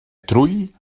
trull